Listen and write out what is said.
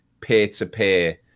peer-to-peer